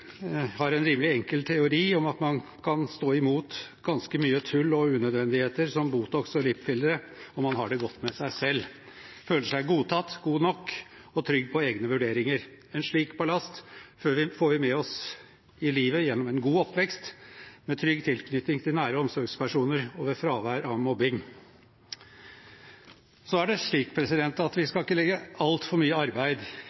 enkel teori om at man kan stå imot ganske mye tull og unødvendigheter som Botox og lipfillere om man har det godt med seg selv, føler seg godtatt, god nok og trygg på egne vurderinger. En slik ballast får vi med oss i livet gjennom en god oppvekst med trygg tilknytning til nære omsorgspersoner, og ved fravær av mobbing. Så skal vi ikke legge altfor mye arbeid i polemikk mot folk som bruker disse produktene. Verden er et sted vi